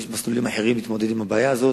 ויש מסלולים אחרים להתמודד עם הבעיה הזאת.